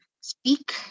speak